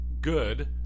good